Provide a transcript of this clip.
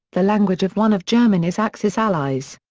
the language of one of germany's axis allies.